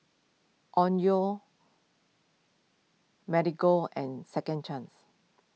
Onkyo Marigold and Second Chance